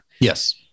Yes